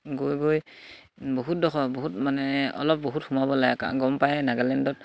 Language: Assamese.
গৈ গৈ বহুত দখৰ বহুত মানে অলপ বহুত সোমাব লাগে গম পায় নাগালেণ্ডত